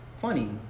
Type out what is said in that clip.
funny